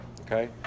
Okay